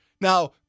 Now